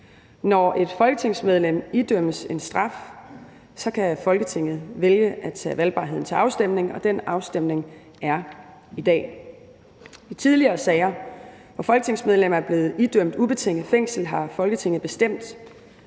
Når et folketingsmedlem idømmes en straf, kan Folketinget vælge at tage valgbarheden til afstemning, og den afstemning er i dag. I tidligere sager, hvor et folketingsmedlem er blevet idømt ubetinget fængsel, har Folketinget besluttet